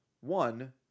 one